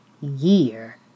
year